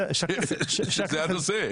זה הנושא.